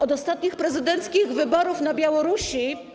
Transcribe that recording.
Od ostatnich prezydenckich wyborów na Białorusi.